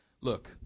look